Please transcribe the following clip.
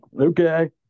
okay